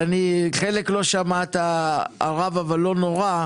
כל שנה אנחנו מאבדים סדר גודל של